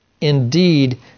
indeed